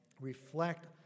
Reflect